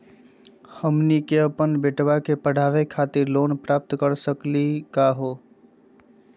हमनी के अपन बेटवा क पढावे खातिर लोन प्राप्त कर सकली का हो?